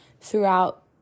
throughout